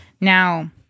Now